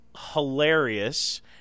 hilarious